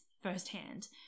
firsthand